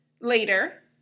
later